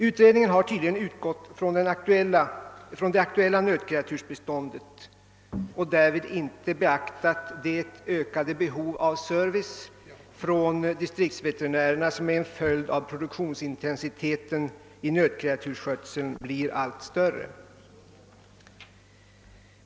Utredningen har tydligen utgått från det aktuella nötkreatursbeståndet och därvid inte beaktat det ökade behov av service från distriktsveterinärerna som är en följd av att produktionsintensiteten i nötkreatursskötseln blir allt större.